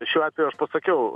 šiuo atveju aš pasakiau